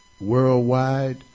worldwide